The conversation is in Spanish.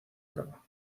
brava